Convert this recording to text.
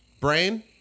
Brain